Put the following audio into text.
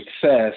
success